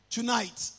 Tonight